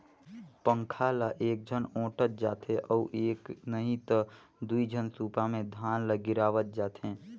पंखा ल एकझन ओटंत जाथे अउ एक नही त दुई झन सूपा मे धान ल गिरावत जाथें